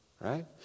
right